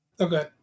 Okay